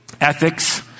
ethics